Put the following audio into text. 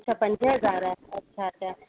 अच्छा पंज हज़ार अच्छा अच्छा